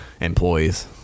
employees